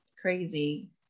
crazy